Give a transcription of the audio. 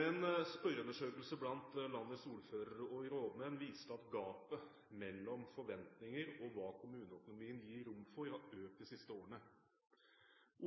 En spørreundersøkelse blant landets ordførere og rådmenn viste at gapet mellom forventninger og hva kommuneøkonomien gir rom for, har økt de siste årene.